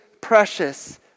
precious